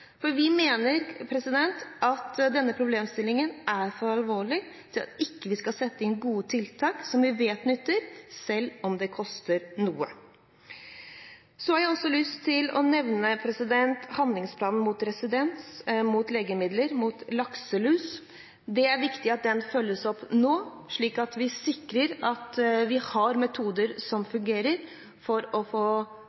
Vi mener at denne problemstillingen er for alvorlig til at vi ikke skal sette inn gode tiltak som vi vet nytter, selv om det koster noe. Så har jeg også lyst til å nevne handlingsplanen mot resistens mot legemidler mot lakselus. Det er viktig at den følges opp nå, slik at vi sikrer at vi har metoder som